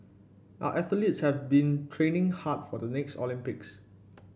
our athletes have been training hard for the next Olympics